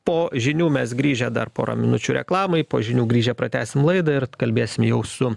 po žinių mes grįžę dar pora minučių reklamai po žinių grįžę pratęsim laidą ir kalbėsim jau su